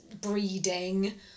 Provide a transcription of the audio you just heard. breeding